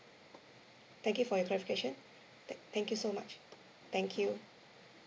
thank you for your clarification thank thank you so much thank you